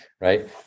right